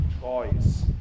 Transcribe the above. choice